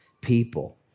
people